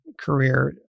career